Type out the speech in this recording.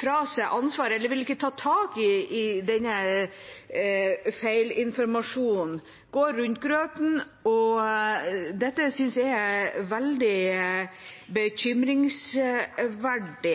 fra seg ansvaret eller vil ikke ta tak i denne feilinformasjonen, og går rundt grøten. Dette synes jeg er veldig bekymringsfullt.